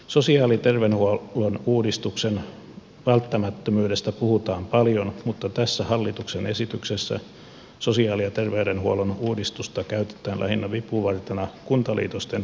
sosiaali ja terveydenhuollon uudistuksen välttämättömyydestä puhutaan paljon mutta tässä hallituksen esityksessä sosiaali ja terveydenhuollon uudistusta käytetään lähinnä vipuvartena kuntaliitosten aikaansaamiseksi